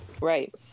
right